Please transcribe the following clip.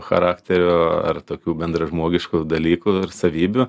charakterio ar tokių bendražmogiškų dalykų ir savybių